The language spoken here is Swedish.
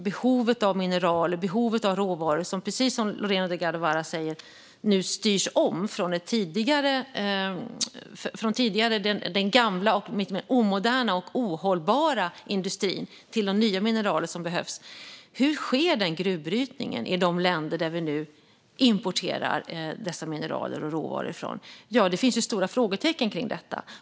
Behovet av mineral och behovet av råvaror styrs nu om, precis som Lorena Delgado Varas säger, från den tidigare gamla, lite mer omoderna och ohållbara industrin till de nya mineral som behövs. Hur sker gruvbrytningen i de länder som vi nu importerar dessa mineral och råvaror ifrån? Det finns stora frågetecken kring detta.